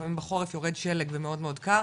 לפעמים בחורף יורד שלג ומאוד מאוד קר